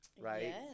right